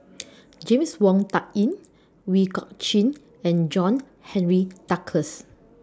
James Wong Tuck Yim Ooi Kok Chuen and John Henry Duclos